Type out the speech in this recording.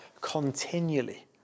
continually